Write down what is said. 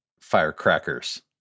firecrackers